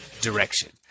direction